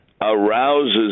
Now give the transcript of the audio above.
arouses